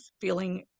feeling